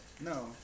No